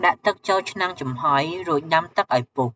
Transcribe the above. ដាក់ទឹកចូលឆ្នាំងចំហុយ រួចដាំតឹកឲ្យពុះ។